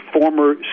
former